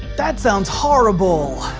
that sounds horrible,